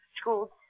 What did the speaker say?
school